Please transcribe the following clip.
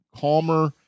calmer